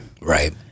Right